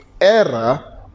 Error